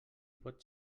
pot